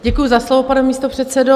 Děkuji za slovo, pane místopředsedo.